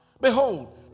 behold